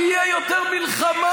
לא תהיה יותר מלחמה?